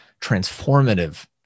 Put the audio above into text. transformative